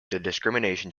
discrimination